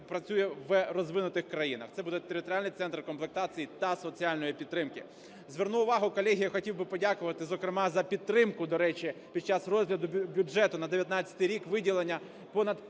працює в розвинутих країнах. Це буде територіальний центр комплектації та соціальної підтримки. Зверну увагу, колеги. Я хотів би подякувати, зокрема, за підтримку, до речі, під час розгляду бюджету на 2019 рік, виділення понад